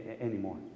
anymore